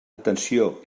atenció